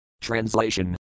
Translation